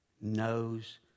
knows